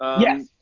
yes.